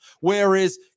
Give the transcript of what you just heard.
Whereas